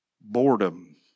boredom